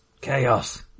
Chaos